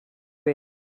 way